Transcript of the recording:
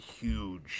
huge